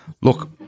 look